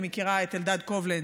אני מכירה את אלדד קובלנץ,